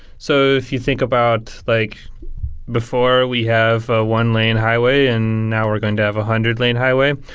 so if you think about like before we have a one lane highway and now we're going to have a hundred lane highway.